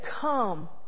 come